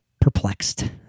perplexed